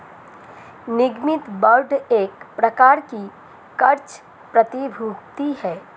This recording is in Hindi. निगमित बांड एक प्रकार की क़र्ज़ प्रतिभूति है